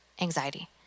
anxiety